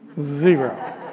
Zero